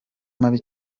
mabi